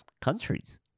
countries